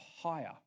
higher